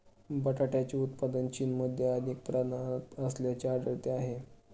बटाट्याचे उत्पादन चीनमध्ये अधिक प्रमाणात असल्याचे आढळले आहे